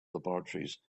laboratories